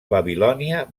babilònia